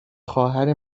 خواهر